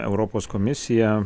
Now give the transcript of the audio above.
europos komisiją